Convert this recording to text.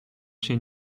się